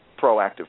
proactive